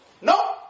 No